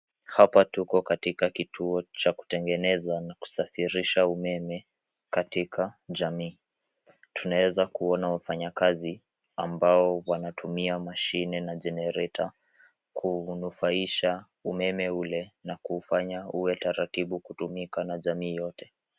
Hapa tuko katika kituo cha kutengeneza na kusafirisha umeme katika jamii. Tunaezakuona wafanyakazi ambao wanatumia mashine na generator , kunufaisha umeme ule na kuufanya uwe taratibu kutumika na jamii yote.